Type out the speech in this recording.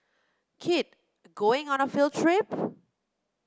kid going on a field trip